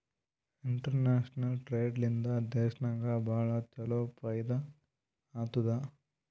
international trade ಲಿಂದಾ ದೇಶನಾಗ್ ಭಾಳ ಛಲೋ ಫೈದಾ ಆತ್ತುದ್